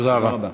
תודה רבה.